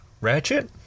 Ratchet